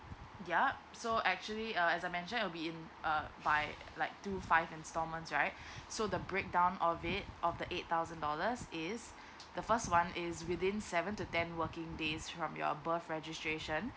yup so actually uh as I mentioned it'll be in uh by like two five installments right so the breakdown of it of the eight thousand dollars is the first one is within seven to ten working days from your birth registration